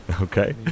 Okay